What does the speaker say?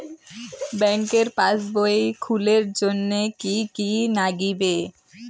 ব্যাঙ্কের পাসবই খুলির জন্যে কি কি নাগিবে?